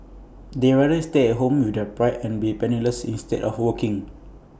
they rather stay at home with their pride and be penniless instead of working